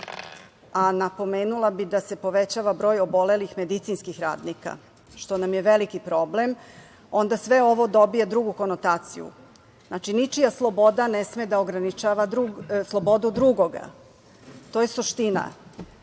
a napomenula bih da se povećava broj obolelih radnika što nam je veliki problem, onda sve ovo dobija drugu konotaciju. Znači, ničija sloboda ne sme da ograničava slobodu drugoga. To je suština.